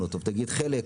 ביקשנו שיגיד חלק.